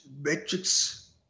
Matrix